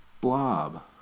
Blob